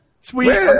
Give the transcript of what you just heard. Sweet